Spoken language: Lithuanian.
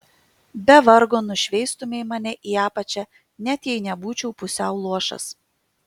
be vargo nušveistumei mane į apačią net jei nebūčiau pusiau luošas